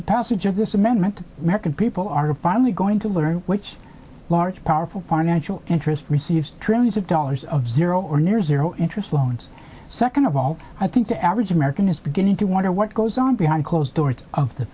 the passage of this amendment american people are finally going to learn which large powerful financial interest receives trillions of dollars of zero or near zero interest loans second of all i think the average american is beginning to wonder what goes on behind closed doors of the